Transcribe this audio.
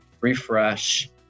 refresh